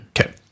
Okay